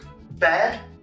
bad